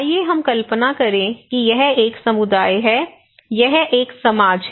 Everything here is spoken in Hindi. आइए हम कल्पना करें कि यह एक समुदाय है यह एक समाज है